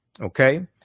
Okay